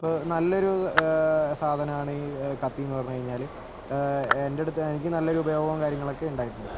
അപ്പോൾ നല്ലൊരു സാധനാണ് ഈ കത്തി എന്ന് പറഞ്ഞ് കഴിഞ്ഞാല് എൻറടുത്തു എനിക്ക് നല്ലൊരു ഉപയോഗവും കാര്യങ്ങളൊക്കെ ഉണ്ടായിട്ടുണ്ട്